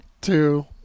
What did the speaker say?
two